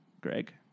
Greg